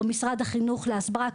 או משרד החינוך להסברה,